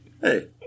Hey